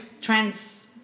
trans